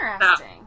Interesting